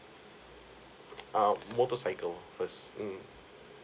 ah motorcycle first mm